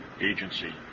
agency